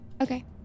Okay